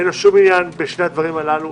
אין לו שום ענין בשני הדברים הללו.